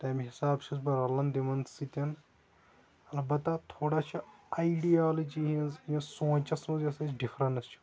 تَمہِ حِسابہٕ چھُس بہٕ رَلان تِمن سۭتۍ اَلبتہ تھوڑا چھِ آیڈِیولجی ہُند یُس سونچَس منٛز اَسہِ ڈِفرنس چھِ